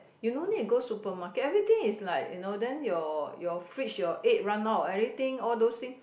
you no need to go supermarket everything is like you know then your your fridge your egg run out all everything all those thing